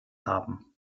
haben